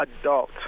adult